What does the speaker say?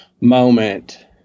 moment